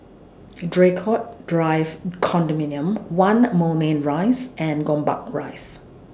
Draycott Drive Condominium one Moulmein Rise and Gombak Rise